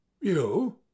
You